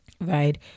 right